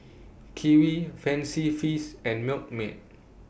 Kiwi Fancy Feast and Milkmaid